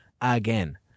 Again